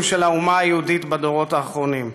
של האומה היהודית בדורות האחרונים,